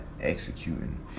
executing